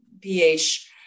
ph